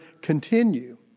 continue